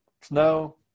snow